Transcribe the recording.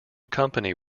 company